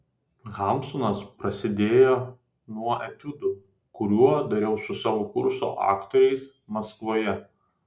hamsunas prasidėjo nuo etiudų kuriuos dariau su savo kurso aktoriais maskvoje